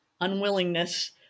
unwillingness